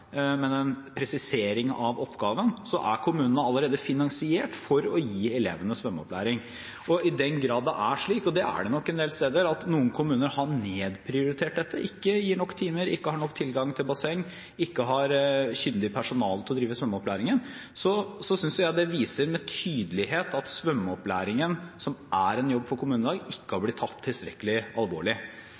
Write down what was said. men en presisering av oppgaven, så er kommunene allerede finansiert for å gi elevene svømmeopplæring. I den grad det er slik, og det er nok en del steder, at noen kommuner har nedprioritert dette – ikke gir nok timer, ikke har nok tilgang til basseng, ikke har kyndig personale til å drive svømmeopplæringen – synes jeg det viser med tydelighet at svømmeopplæringen, som er en jobb for kommunene i dag, ikke er blitt tatt tilstrekkelig alvorlig.